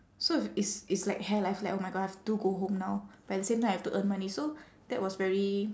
so if it's it's like hell I have like oh my god I have to go home now but at the same time I have to earn money so that was very